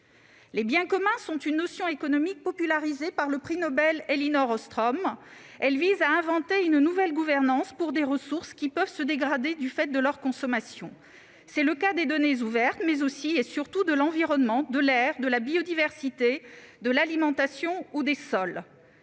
Les biens communs sont une notion économique popularisée par le prix Nobel Elinor Ostrom. Elle vise à inventer une nouvelle gouvernance pour des ressources qui peuvent se dégrader du fait de leur consommation. C'est le cas des données ouvertes, mais aussi, et surtout de l'environnement, de l'air, de la biodiversité, de l'alimentation ou des sols.